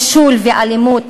נישול ואלימות.